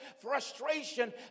frustration